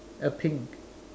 a pink